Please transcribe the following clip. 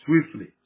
swiftly